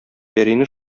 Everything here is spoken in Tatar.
пәрине